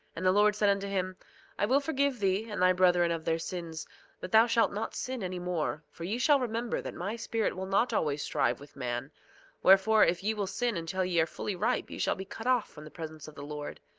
and the lord said unto him i will forgive thee and thy brethren of their sins but thou shalt not sin any more, for ye shall remember that my spirit will not always strive with man wherefore, if ye will sin until ye are fully ripe ye shall be cut off from the presence of the lord.